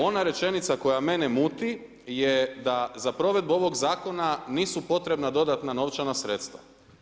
Ona rečenica koja mene muči je da za provedbu ovog Zakona nisu potrebna dodatna novčana sredstva.